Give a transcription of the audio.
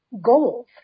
goals